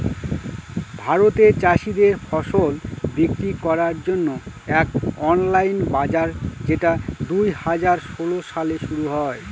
ভারতে চাষীদের ফসল বিক্রি করার জন্য এক অনলাইন বাজার যেটা দুই হাজার ষোলো সালে শুরু হয়